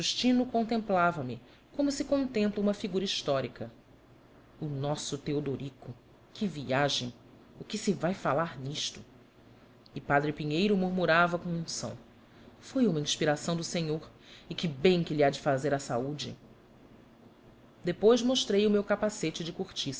o justino contemplavame como se contempla uma figura histórica o nosso teodorico que viagem o que se vai falar nisto e padre pinheiro murmurava com unção foi uma inspiração do senhor e que bem que lhe há de fazer à saúde depois mostrei o meu capacete de cortiça